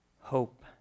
hope